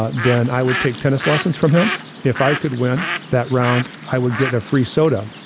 ah then i would take tennis lessons from him. if i could win that round, i would get a free soda.